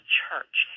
church